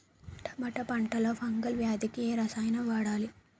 టమాటా పంట లో ఫంగల్ వ్యాధికి ఏ రసాయనం వాడాలి?